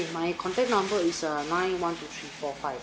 my contact number is err nine one two three four five